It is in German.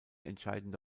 entscheidende